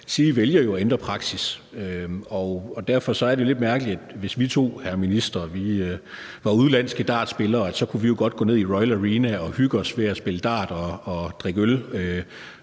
SIRI vælger jo at ændre praksis. Derfor er det lidt mærkeligt. Hvis vi to, hr. minister, var udenlandske dartspillere, kunne vi jo godt gå ned i Royal Arena og hygge os ved at spille dart om